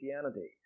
Christianity